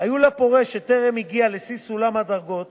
היו לפורש שטרם הגיע לשיא סולם הדרגות